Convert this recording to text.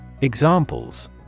Examples